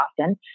often